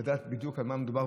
לדעת בדיוק על מה מדובר,